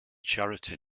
charity